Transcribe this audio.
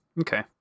Okay